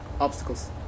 obstacles